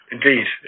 Indeed